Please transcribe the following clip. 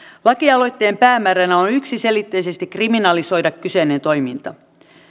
lakialoitteen päämääränä on yksiselitteisesti kriminalisoida kyseinen toiminta